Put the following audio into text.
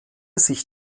sich